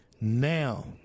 now